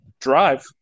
drive